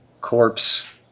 corpse